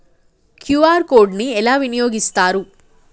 QR code ని ఎలా వినియోగిస్తారు?